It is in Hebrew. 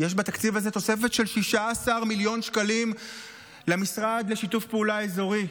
יש בתקציב הזה תוספת של 16 מיליון שקלים למשרד לשיתוף פעולה אזורי.